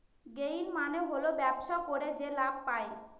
gain মানে হল ব্যবসা করে যে লাভ পায়